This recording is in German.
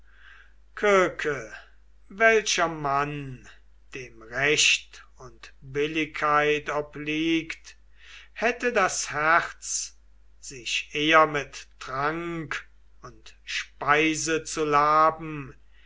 welcher mann dem recht und billigkeit obliegt hätte das herz sich eher mit trank und speise zu laben